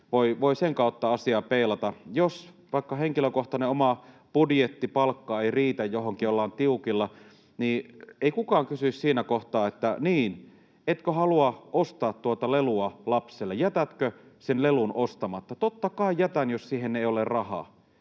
voi sen kautta asiaa peilata. Jos vaikka henkilökohtainen oma budjetti, palkka ei riitä johonkin ja ollaan tiukilla, niin ei kukaan kysy siinä kohtaa, että niin, etkö halua ostaa tuota lelua lapselle, jätätkö sen lelun ostamatta. Totta kai jätän, jos siihen ei ole rahaa.